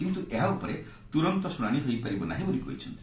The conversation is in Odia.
କିନ୍ତୁ ଏହା ଉପରେ ତୁରନ୍ତ ଶୁଣାଣି ହୋଇପାରିବ ନାହିଁ ବୋଲି କହିଛନ୍ତି